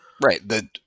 Right